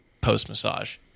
post-massage